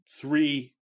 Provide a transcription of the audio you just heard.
three